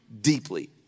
deeply